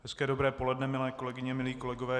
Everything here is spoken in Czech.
Hezké dobré poledne, milé kolegyně, milí kolegové.